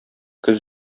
көз